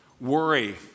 worry